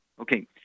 Okay